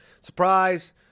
Surprise